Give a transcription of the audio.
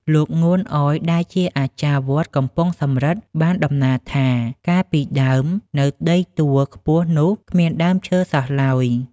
លោក ងួន អយ ដែលជាអាចារ្យវត្តកំពង់សំរឹទ្ធ បានតំណាលថា កាលពីដើម នៅដីទួលខ្ពស់នោះគ្មានដើមឈើសោះឡើយ ។